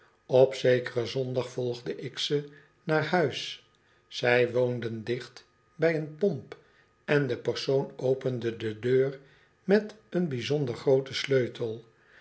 op zekeren zondag volgde ik ze naar huis zij woonden dicht bij een pomp en de persoon opende de deur met een bijzonder grooten sleutel